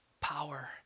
power